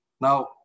Now